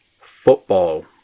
football